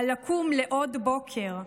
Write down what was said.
על לקום לעוד בוקר.